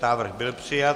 Návrh byl přijat.